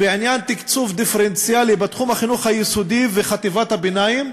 בעניין תקצוב דיפרנציאלי בתחום החינוך היסודי וחטיבת הביניים,